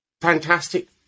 fantastic